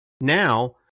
Now